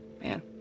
Man